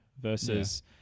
versus